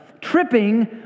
tripping